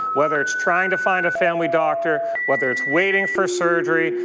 whether it's trying to find a family doctor, whether it's waiting for surgery,